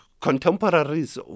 contemporaries